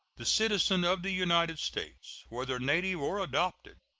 the citizen of the united states, whether native or adopted,